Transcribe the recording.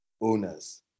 owners